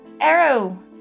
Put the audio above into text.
arrow